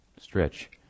stretch